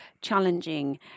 challenging